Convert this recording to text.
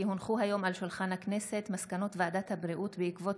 כי הונחו היום על שולחן הכנסת מסקנות ועדת הבריאות בעקבות